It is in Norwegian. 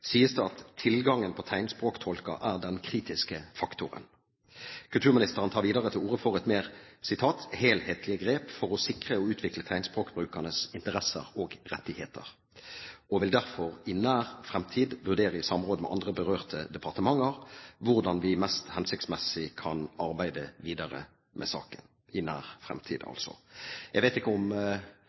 sies det at tilgangen på tegnspråktolker er den kritiske faktoren. Kulturministeren tar videre til orde for «et mer helhetlig grep for å sikre og utvikle tegnspråkbrukernes interesser og rettigheter» og «vil derfor i nær fremtid vurdere i samråd med andre berørte departementer hvordan vi mest hensiktsmessig kan arbeide videre med saken» – i nær fremtid altså. Jeg vet ikke om